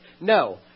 No